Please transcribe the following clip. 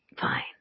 Fine